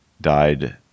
died